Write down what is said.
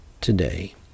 today